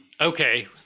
Okay